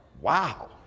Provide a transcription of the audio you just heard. wow